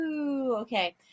Okay